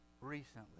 recently